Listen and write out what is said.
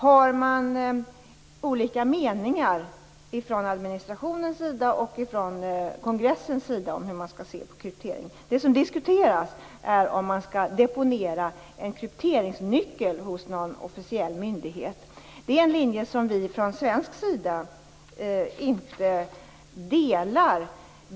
Där har administrationen och kongressen olika meningar om hur man skall se på kryptering. Det som diskuteras är om en krypteringsnyckel skall deponeras hos någon officiell myndighet. Det är en linje som vi i Sverige inte kan ställa oss bakom.